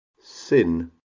sin